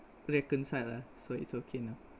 reconciled lah so it's okay now